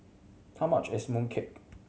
how much is mooncake